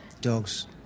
Dogs